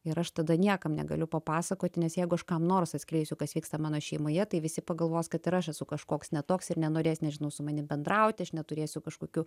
ir aš tada niekam negaliu papasakoti nes jeigu aš kam nors atskleisiu kas vyksta mano šeimoje tai visi pagalvos kad ir aš esu kažkoks ne toks ir nenorės nežinau su manim bendrauti aš neturėsiu kažkokių